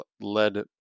led